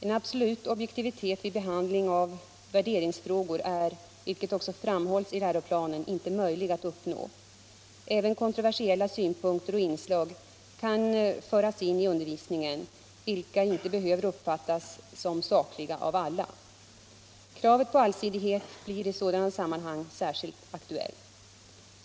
En absolut objektivitet vid behandlingen av värderingsfrågor är, vilket också framhålls i läroplanen, inte möjlig att uppnå. Även kontroversiella synpunkter och inslag kan föras in i undervisningen, vilka inte behöver uppfattas som sakliga av alla. Kravet på allsidighet blir i sådana sammanhang särskilt aktuellt.